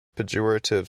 pejorative